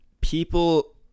people